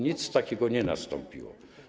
Nic takiego nie nastąpiło.